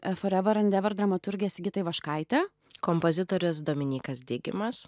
for ever and ever dramaturgė sigita ivaškaitė kompozitorius dominykas digimas